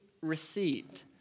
received